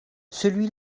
celui